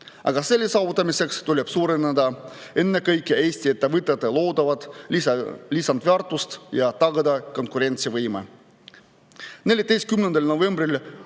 Aga selle saavutamiseks tuleb suurendada ennekõike Eesti ettevõtete loodavat lisandväärtust ja tagada konkurentsivõime. 14. novembril